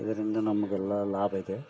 ಇದರಿಂದ ನಮಗೆಲ್ಲ ಲಾಭ ಇದೆ